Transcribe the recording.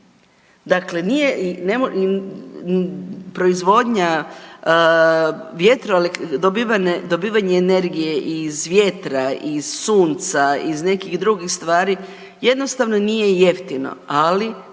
nije proizvodnja dobivanje energije iz vjetra, iz sunca, iz nekih drugih stvari jednostavno nije jeftino, ali